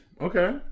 Okay